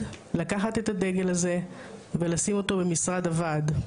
לקחת את הדגל הזה ולשים אותו במשרד הוועד.